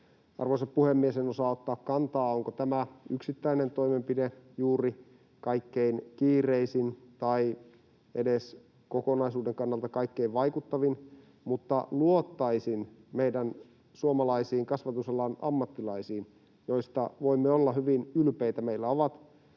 ottaa kantaa, onko tämä yksittäinen toimenpide juuri kaikkein kiireisin tai edes kokonaisuuden kannalta kaikkein vaikuttavin, mutta luottaisin meidän suomalaisiin kasvatusalan ammattilaisiin, joista voimme olla hyvin ylpeitä.